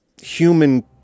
human